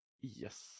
Yes